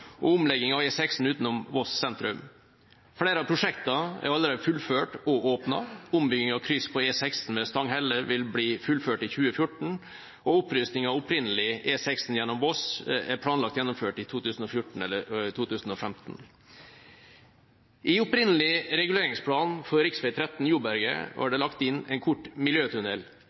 og omlegging av E16 utenom Voss sentrum. Flere av prosjektene er allerede fullført og åpnet. Ombygging av kryss på E16 ved Stanghelle vil bli fullført i 2014, og opprustingen av opprinnelig E16 gjennom Voss er planlagt gjennomført i 2014 eller 2015. I opprinnelig reguleringsplan for rv. 13 Joberget var det lagt inn en kort miljøtunnel.